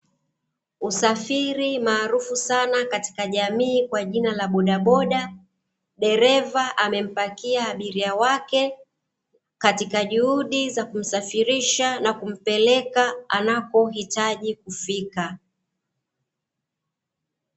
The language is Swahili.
Usafiri maarufu sana katika jamii kwa jina bodaboda, dereva amempakia abiria wake katika juhudi za kumsafirisha, na kumpeleka anapohitaji kufika.